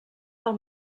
del